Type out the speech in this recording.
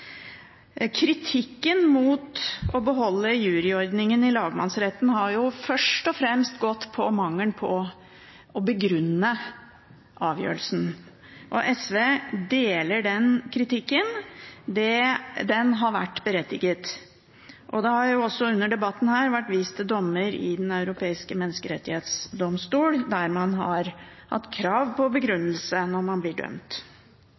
Kritikken mot å beholde juryordningen i lagmannsretten har først og fremst gått på mangelen på begrunnelse av avgjørelsen. SV deler den kritikken, den har vært berettiget. Det har under debatten her vært vist til en dom i Den europeiske menneskerettsdomstolen, der man krevde begrunnelse når man blir dømt.